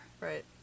Right